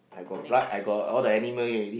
next